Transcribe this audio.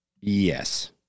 Yes